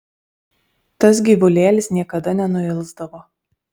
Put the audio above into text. tas gyvulėlis niekada nenuilsdavo